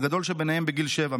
הגדול שבהם בגיל שבע.